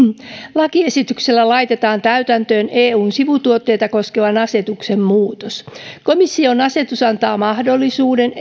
lakiesityksellä laitetaan täytäntöön eun sivutuotteita koskevan asetuksen muutos komission asetus antaa mahdollisuuden